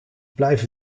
blijf